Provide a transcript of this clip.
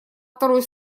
второй